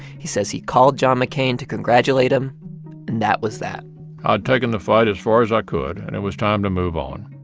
he says he called john mccain to congratulate him, and that was that i'd taken the fight as far as i could, and it was time to move on